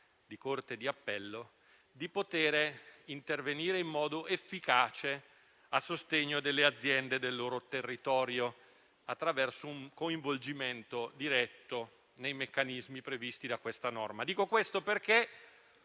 di corte di appello di poter intervenire in modo efficace a sostegno delle aziende del loro territorio, attraverso un coinvolgimento diretto nei meccanismi previsti dalla norma. Dico questo perché